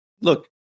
Look